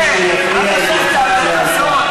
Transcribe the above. מי שיפריע יורחק לאלתר.